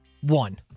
One